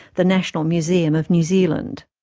the national museum of new zealand.